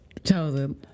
chosen